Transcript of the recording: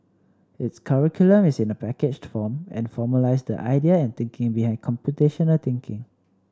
its curriculum is in a packaged form and formalised the idea and thinking behind computational thinking